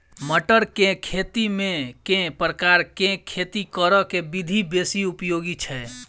मटर केँ खेती मे केँ प्रकार केँ खेती करऽ केँ विधि बेसी उपयोगी छै?